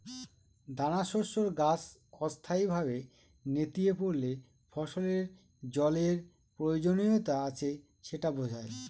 দানাশস্যের গাছ অস্থায়ীভাবে নেতিয়ে পড়লে ফসলের জলের প্রয়োজনীয়তা আছে সেটা বোঝায়